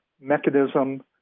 mechanism